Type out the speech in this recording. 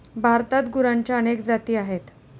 भारतात गुरांच्या अनेक जाती आहेत